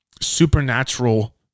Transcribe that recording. supernatural